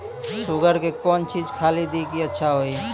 Sugar के कौन चीज खाली दी कि अच्छा हुए?